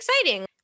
exciting